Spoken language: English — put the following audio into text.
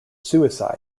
suicide